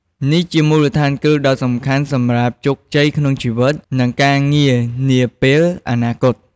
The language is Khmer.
នេះជាមូលដ្ឋានគ្រឹះដ៏សំខាន់សម្រាប់ជោគជ័យក្នុងជីវិត និងការងារនាពេលអនាគត។